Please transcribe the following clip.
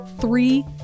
Three